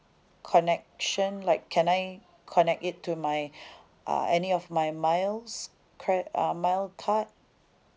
connection like can I connect it to my uh any of my miles cre~ uh mile card